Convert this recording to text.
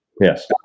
Yes